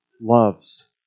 loves